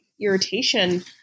irritation